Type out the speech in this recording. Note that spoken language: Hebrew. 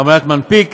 עמלת מנפיק,